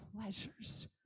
pleasures